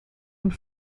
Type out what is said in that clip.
und